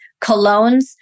colognes